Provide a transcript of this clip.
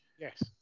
Yes